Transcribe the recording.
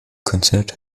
considered